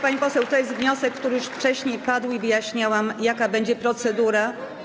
Pani poseł, to jest wniosek, który już wcześniej padł, i wyjaśniałam, jaka będzie procedura.